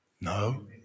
No